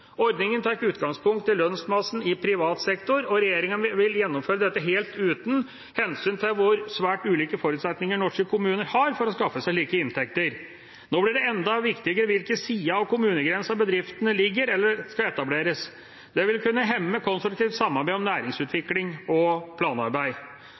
Ordningen tar utgangspunkt i lønnsmassen i privat sektor, og regjeringa vil gjennomføre dette helt uten hensyn til hvor svært ulike forutsetninger norske kommuner har for å skaffe seg slike inntekter. Nå blir det enda viktigere hvilken side av kommunegrensen bedriftene ligger eller skal etableres. Det vil kunne hemme konstruktivt samarbeid om næringsutvikling og planarbeid.